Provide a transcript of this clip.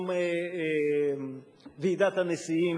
גם ועידת הנשיאים,